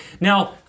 Now